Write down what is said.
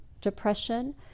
depression